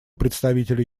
представителя